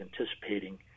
anticipating